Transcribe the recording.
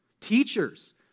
Teachers